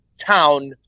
town